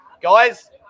Guys